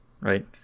Right